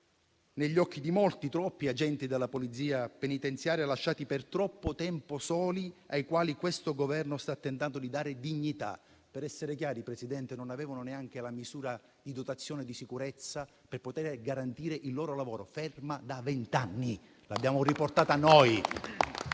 negli occhi di molti, troppi agenti della Polizia penitenziaria, lasciati per troppo tempo soli, ai quali questo Governo sta tentando di dare dignità. Per essere chiari, Presidente, non avevano neanche la misura di dotazione di sicurezza per poter garantire il loro lavoro, ferma da vent'anni. L'abbiamo riportata noi,